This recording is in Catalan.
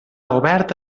obert